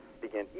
begin